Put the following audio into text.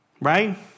Right